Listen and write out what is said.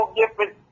different